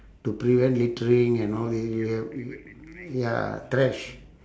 to prevent littering and all tha~ ya trash